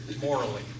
morally